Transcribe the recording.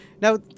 now